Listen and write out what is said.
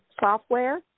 software